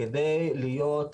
כדי להיות,